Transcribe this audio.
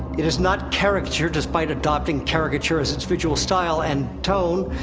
it is not caricature despite adopting caricature as its visual style and tone.